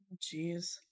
Jeez